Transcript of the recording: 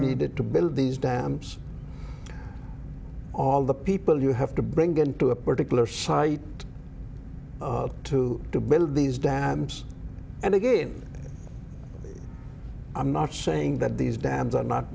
needed to build these dams all the people you have to bring in to a particular site to to build these dams and again i'm not saying that these dams are not